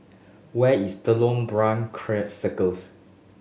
where is Telok Paku Circus